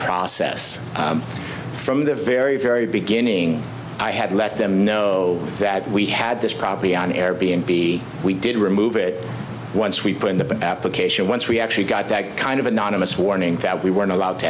process from the very very beginning i had let them know that we had this probably on air b n b we did remove it once we put in the application once we actually got that kind of anonymous warning that we weren't allowed to